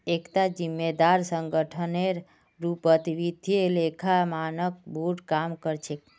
एकता जिम्मेदार संगठनेर रूपत वित्तीय लेखा मानक बोर्ड काम कर छेक